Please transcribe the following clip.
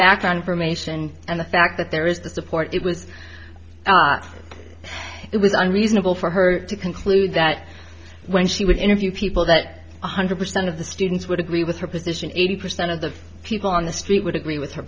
background information and the fact that there is the support it was it was unreasonable for her to conclude that when she would interview people that one hundred percent of the students would agree with her position eighty percent of the people on the street would agree with her